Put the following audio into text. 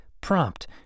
prompt